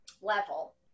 level